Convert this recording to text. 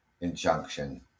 injunction